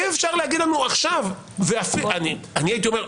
אי-אפשר להגיד לנו עכשיו --- לכן צריך להפיק לקחים.